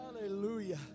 Hallelujah